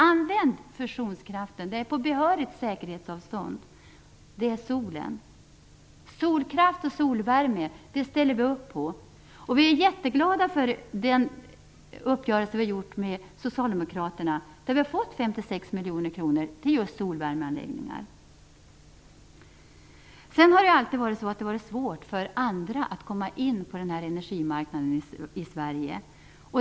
Användning av fusionskraft på behörigt säkerhetsavstånd är solen. Solkraft och solvärme ställer vi upp på. Vi är jätteglada över den uppgörelse som vi har träffat med Socialdemokraterna om 56 miljoner kronor till just solvärmeanläggningar. Det har alltid varit svårt för andra att komma in på energimarknaden i Sverige.